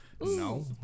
no